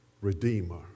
Redeemer